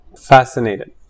fascinated